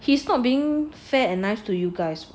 he's not being fair and nice to you guys [what]